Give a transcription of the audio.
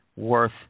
worth